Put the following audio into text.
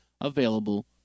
available